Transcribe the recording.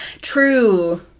True